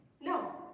No